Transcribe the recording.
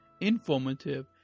informative